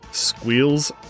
Squeals